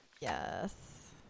Yes